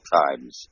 times